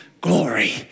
glory